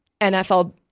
NFL